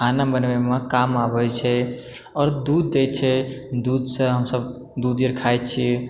खाना बनबएमे काम आबैत छै आओर दूध दे छै दूधसँ हमसभ दूधके खाइत छियै